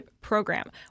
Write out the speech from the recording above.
program